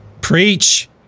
Preach